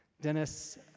Dennis